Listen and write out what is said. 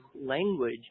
language